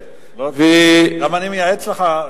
אני גם מייעץ לך.